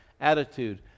attitude